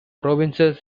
provinces